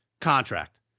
contract